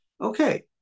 Okay